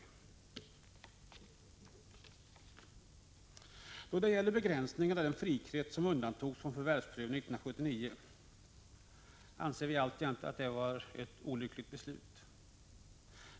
Vi anser alltjämt att begränsningen av den frikrets som undantogs från förvärvsprövning 1979 var ett olyckligt beslut.